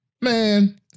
Man